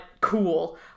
cool